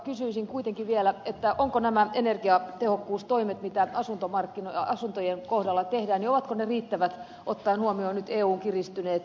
kysyisin kuitenkin vielä ovatko nämä energiatehokkuustoimet mitä asuntojen kohdalla tehdään riittävät ottaen huomioon nyt eun kiristyneet ilmastotavoitteet